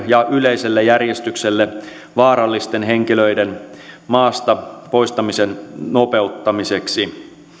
ja yleiselle järjestykselle vaarallisten henkilöiden maasta poistamisen nopeuttamiseksi